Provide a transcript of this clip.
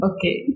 Okay